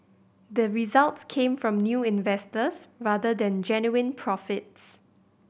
the resorts came from new investors rather than genuine profits